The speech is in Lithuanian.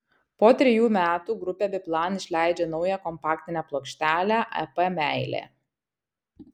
po trejų metų grupė biplan išleidžia naują kompaktinę plokštelę ep meilė